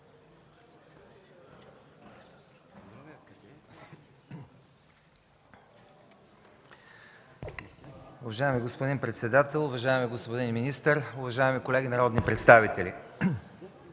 Уважаеми господин председател, уважаеми господин министър, уважаеми колеги народни представители!